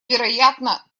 вероятно